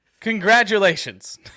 Congratulations